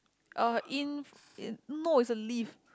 uh in no it's a leaf